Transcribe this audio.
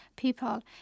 people